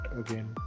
again